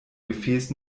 gefäß